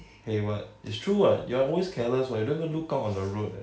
!hey! what is true what you're always careless what you don't even look out on the road eh